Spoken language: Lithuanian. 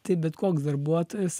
tai bet koks darbuotojas